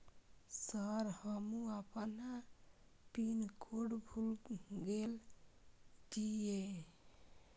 Sir हमू अपना pin code भूल गेल जीये?